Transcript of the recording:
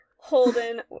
Holden